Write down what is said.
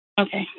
Okay